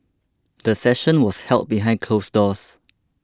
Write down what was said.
the session was held behind closed doors